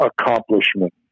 accomplishment